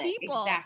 people